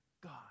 God